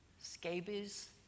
scabies